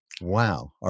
Wow